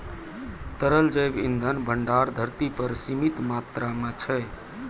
तरल जैव इंधन भंडार धरती पर सीमित मात्रा म छै